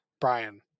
brian